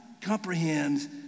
comprehend